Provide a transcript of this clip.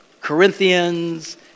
Corinthians